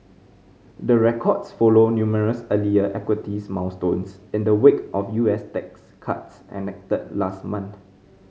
the records follow numerous earlier equities milestones in the wake of U S tax cuts enacted last month